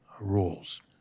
rules